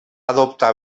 adoptar